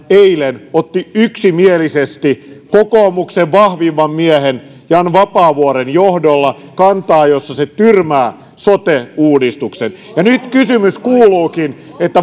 eilen otti yksimielisesti kokoomuksen vahvimman miehen jan vapaavuoren johdolla kannan jossa se tyrmää sote uudistuksen ja nyt kysymys kuuluukin